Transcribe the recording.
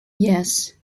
yes